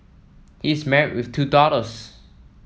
he is married with two daughters